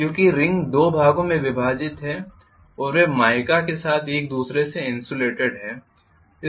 क्योंकि रिंग 2 भागों में विभाजित है और वे माइका के साथ एक दूसरे से इन्सुलेटेड है